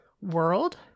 world